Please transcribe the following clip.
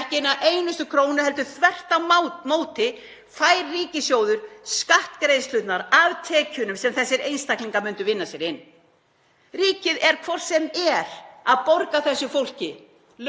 ekki eina einustu krónu, heldur fær ríkissjóður þvert á móti skattgreiðslurnar af tekjunum sem þessir einstaklingar myndu vinna sér inn. Ríkið er hvort sem er að borga þessu fólki